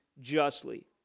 justly